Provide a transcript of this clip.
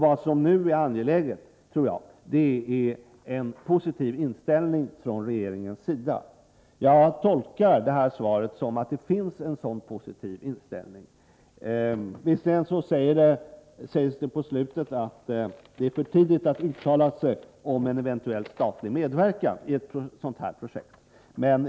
Vad som nu är angeläget är att man har en positiv inställning från regeringens sida. Jag tolkar svaret som att det finns en sådan positiv inställning, även om det på slutet sägs att det är för tidigt att uttala sig om eventuell statlig medverkan i detta projekt.